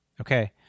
okay